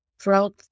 Throughout